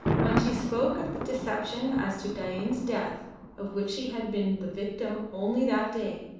when she spoke of the deception as to dain's death of which he had been the victim only that day,